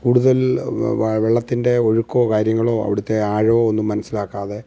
കൂടുതൽ വെള്ളത്തിൻ്റെ ഒഴുക്കോ കാര്യങ്ങളോ അവിടുത്തെ ആഴവും ഒന്നും മനസ്സിലാക്കാതെ